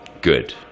Good